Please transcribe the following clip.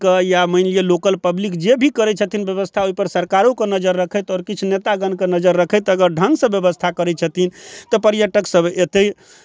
या मानि लिअऽ लोकल पब्लिक जे भी करै छथिन बेबस्था ओहिपर सरकारोके नजरि रखैत आओर किछु नेतागणके नजरि रखैत अगर ढङ्गसँ बेबस्था करै छथिन तऽ पर्यटकसभ अएतै